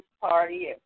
party